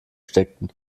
steckten